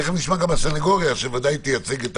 תיכף נשמע מהסנגוריה, שוודאי תייצג את